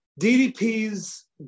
DDP's